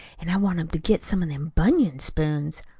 an' i want em to get some of them bunion spoons.